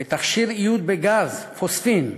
לתכשיר איוד בגז, פוספין,